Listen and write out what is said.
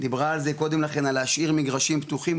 דיברה על זה קודם לכן על להשאיר מגרשים פתוחים,